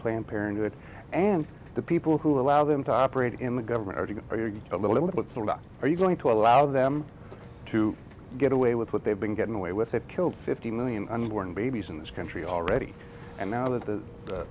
planned parenthood and the people who allow them to operate in the government or to are you a little about are you going to allow them to get away with what they've been getting away with they've killed fifty million unborn babies in this country already and now that the u